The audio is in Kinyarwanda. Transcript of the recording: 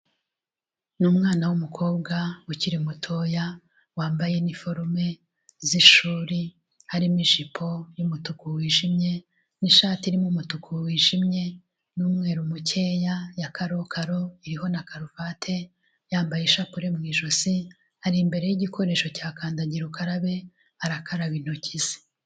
Ni umwana w'umukobwa ukiri mutoya, wambaye iniforume z'ishuri, harimo ijipo y'umutuku wijimye n'ishati irimo umutuku wijimye n'umweru mukeya ya karokaro, iriho na karuvati, yambaye ishapule mu ijosi ari, imbere y'igikoresho cya kandagira ukarabe arakaraba intoki ze.